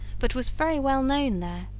but was very well known there